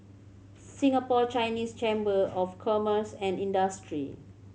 Singapore Chinese Chamber of Commerce and Industry